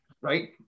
right